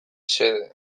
xede